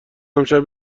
امشب